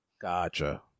Gotcha